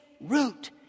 root